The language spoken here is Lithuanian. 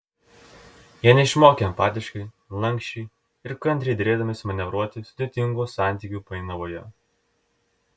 jie neišmokę empatiškai lanksčiai ir kantriai derėdamiesi manevruoti sudėtingų santykių painiavoje